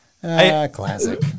classic